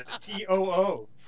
T-O-O